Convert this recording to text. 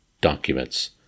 documents